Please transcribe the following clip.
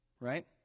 right